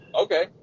okay